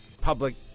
public